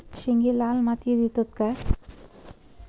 शेंगे लाल मातीयेत येतत काय?